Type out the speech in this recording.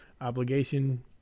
obligation